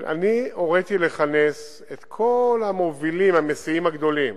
אני הוריתי לכנס את כל המובילים, המסיעים הגדולים,